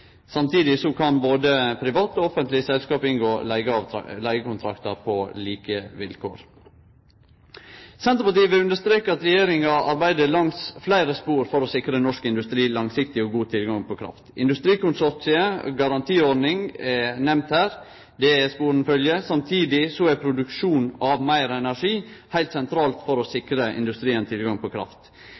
Samtidig kan både private og offentlege selskap inngå leigekontraktar på like vilkår. Senterpartiet vil understreke at regjeringa arbeider langs fleire spor for å sikre norsk industri langsiktig og god tilgang på kraft. Industrikonsortium og garantiordning er nemnde her. Det er spor ein følgjer. Samtidig er produksjon av meir energi heilt sentralt for å sikre industrien tilgang på kraft.